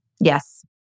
Yes